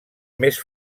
més